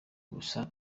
gusa